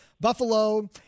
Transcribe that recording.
Buffalo